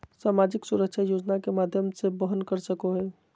सामाजिक सुरक्षा योजना के माध्यम से वहन कर सको हइ